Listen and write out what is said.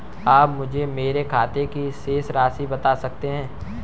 आप मुझे मेरे खाते की शेष राशि बता सकते हैं?